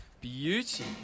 Beauty